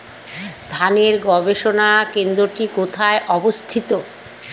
ধানের গবষণা কেন্দ্রটি কোথায় অবস্থিত?